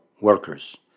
workers